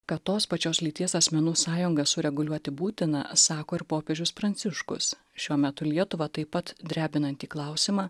kad tos pačios lyties asmenų sąjungą sureguliuoti būtina sako ir popiežius pranciškus šiuo metu lietuvą taip pat drebinantį klausimą